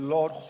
Lord